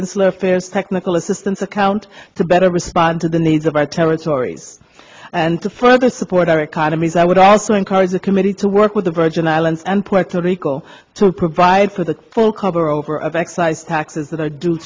insular affairs technical assistance account to better respond to the needs of our territories and to further support our economies i would also encourage the committee to work with the virgin islands and puerto rico to provide for the full cover over of excise taxes that are due